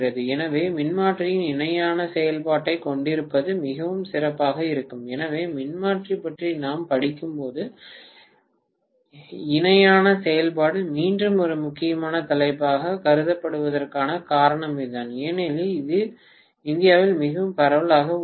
எனவே மின்மாற்றியின் இணையான செயல்பாட்டைக் கொண்டிருப்பது மிகவும் சிறப்பாக இருக்கும் எனவே மின்மாற்றி பற்றி நாம் படிக்கும்போது இணையான செயல்பாடு மீண்டும் ஒரு முக்கியமான தலைப்பாக கருதப்படுவதற்கான காரணம் இதுதான் ஏனெனில் இது இந்தியாவில் மிகவும் பரவலாக உள்ளது